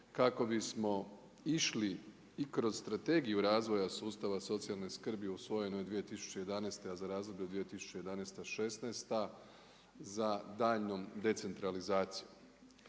kako bismo išli i kroz strategiju razvoja sustava socijalne skrbi usvojenoj 2011. a za razdoblje 2011.-'16.-ta za daljnjom decentralizacijom.